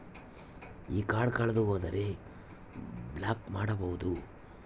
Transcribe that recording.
ಈ ಕಾರ್ಡ್ ಕಳೆದು ಹೋದರೆ ಬ್ಲಾಕ್ ಮಾಡಬಹುದು?